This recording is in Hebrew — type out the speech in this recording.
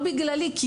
לא בגללי אלא